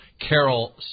Carol